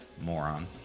Moron